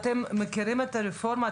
אתם מכירים את הרפורמה,